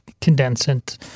condensant